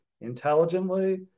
intelligently